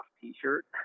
T-shirt